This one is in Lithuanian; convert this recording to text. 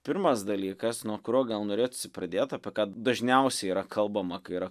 pirmas dalykas nuo kurio gal norėtųsi pradėt apie ką dažniausiai yra kalbama kai yra